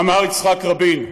אמר יצחק רבין: